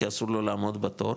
כי אסור לו לעמוד בתור,